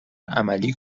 عملی